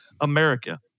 America